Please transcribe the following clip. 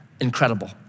Incredible